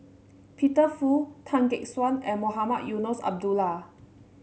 Peter Fu Tan Gek Suan and Mohamed Eunos Abdullah